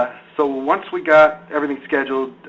ah so once we got everything scheduled,